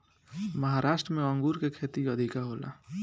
महाराष्ट्र में अंगूर के खेती अधिका होला